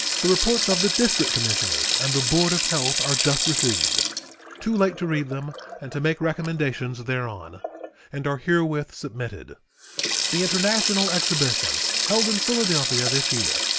the reports of the district commissioners and the board of health are just received too late to read them and to make recommendations thereon and are herewith submitted the international exhibition held in philadelphia this year,